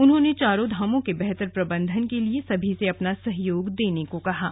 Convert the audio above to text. उन्होंने चारों धामों के बेहतर प्रबंधन के लिये सभी से अपना सहयोग देने को कहा है